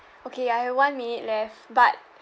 okay I have one minute left but